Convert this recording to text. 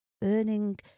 burning